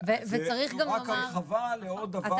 זו רק הרחבה לעוד דבר אחד,